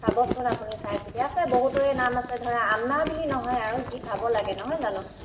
চাবচোন আপুনি চাই চিতি আছে বহুতৰে নাম আছে ধৰা আমাৰ বুলি নহয় আৰু যি পাব লাগে নহয় জানো